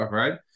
right